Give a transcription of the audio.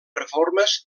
reformes